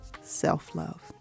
self-love